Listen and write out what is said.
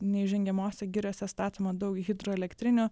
neįžengiamose giriose statoma daug hidroelektrinių